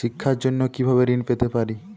শিক্ষার জন্য কি ভাবে ঋণ পেতে পারি?